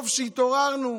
טוב שהתעוררנו.